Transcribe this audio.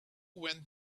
went